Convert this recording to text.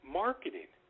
marketing